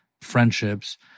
friendships